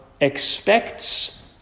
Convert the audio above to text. expects